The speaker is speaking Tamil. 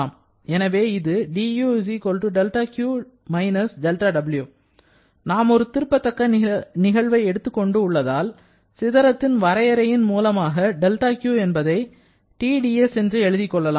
எனவே இது du δQ − δW நாம் ஒரு திருப்பத்தக்க நிகழ்வை எடுத்துக் கொண்டு உள்ளதால் சிதறத்தின் வரையறையின் மூலமாக δQ என்பதை TdS என்று எழுதி கொள்ளலாம்